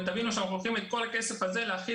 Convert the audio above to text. תבינו שאנחנו הולכים את כל הכסף הזה להחיל